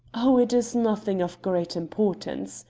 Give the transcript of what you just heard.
oh, it is nothing of great importance,